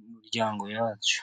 mu miryango yacu.